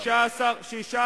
מסית.